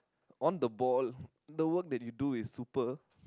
on the ball the work that you do is super